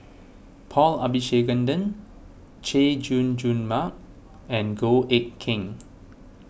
Paul Abisheganaden Chay Jung Jun Mark and Goh Eck Kheng